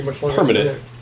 permanent